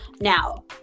Now